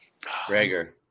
Rager